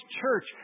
church